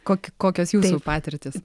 kok kokias jūsų patirtys